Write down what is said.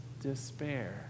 despair